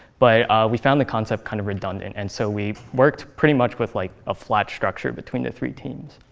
but we found the concept kind of redundant. and so we've worked pretty much with like a flat structure between the three teams.